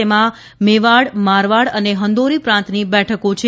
તેમાં મેવાડ મારવાડ અને ફદૌરી પ્રાંતની બેઠકો છે